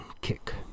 kick